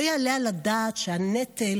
לא יעלה על הדעת שהנטל,